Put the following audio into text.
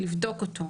לבדוק אותו.